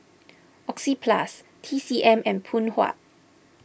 Oxyplus T C M and Phoon Huat